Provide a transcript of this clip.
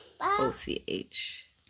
O-C-H